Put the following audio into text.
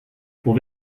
pour